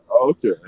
Okay